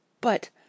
But